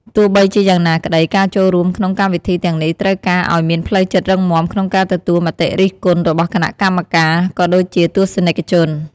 ទោះបីជាយ៉ាងណាក្តី ការចូលរួមក្នុងកម្មវិធីទាំងនេះត្រូវការឲ្យមានផ្លូវចិត្តរឹងមាំក្នុងការទទួលមតិរិះគន់របស់គណៈកម្មការ ក៏ដូចជាទស្សនិកជន។